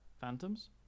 Phantoms